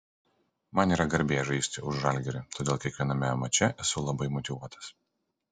man yra garbė žaisti už žalgirį todėl kiekviename mače esu labai motyvuotas